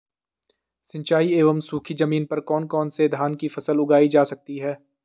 सिंचाई एवं सूखी जमीन पर कौन कौन से धान की फसल उगाई जा सकती है?